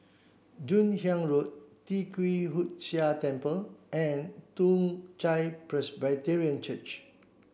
Joon Hiang Road Tee Kwee Hood Sia Temple and Toong Chai Presbyterian Church